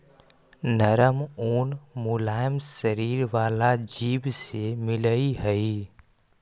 नरम ऊन मुलायम शरीर वाला जीव से मिलऽ हई